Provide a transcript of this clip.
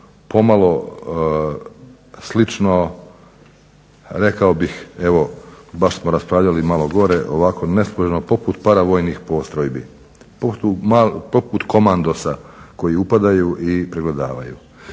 pomalo slično rekao bih evo baš smo raspravljali malo gore ovako neslužbeno poput paravojnih postrojbi, poput komandosa koji upadaju i pregledavaju.